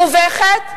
מובכת,